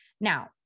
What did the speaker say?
Now